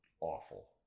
awful